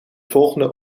volgende